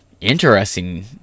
Interesting